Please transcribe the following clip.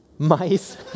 Mice